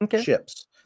ships